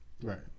Right